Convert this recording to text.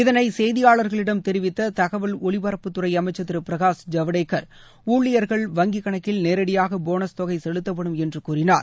இதனை செய்தியாளர்களிடம் தெரிவித்த தகவல் ஒலிபரப்புத் துறை அமைச்சர் திரு பிரகாஷ் ஜவடேகர் ஊழியர்கள் வங்கிக் கணக்கில் நேரடியாக போனஸ் தொகை செலுத்தப்படும் என்று கூறினார்